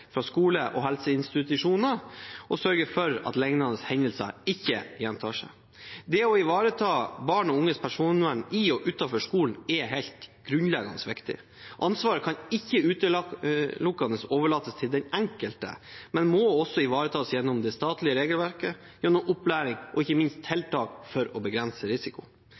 fra skole og helseinstitusjoner og sørges for at lignende hendelser ikke gjentar seg. Det å ivareta barn og unges personvern i og utenfor skolen er helt grunnleggende viktig. Ansvaret kan ikke utelukkende overlates til den enkelte, men må også ivaretas gjennom det statlige regelverket, gjennom opplæring og ikke minst gjennom tiltak for å begrense risiko.